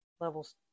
levels